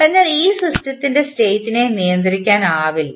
അതിനാൽ ഈ സിസ്റ്റത്തിന് സ്റ്റേറ്റിനെ നിയന്ത്രിക്കാനാവില്ല